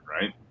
right